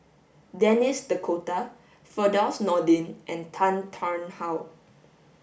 Denis D Cotta Firdaus Nordin and Tan Tarn How